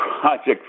project